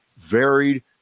varied